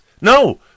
No